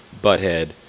Butthead